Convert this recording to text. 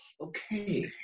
okay